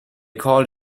called